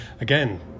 again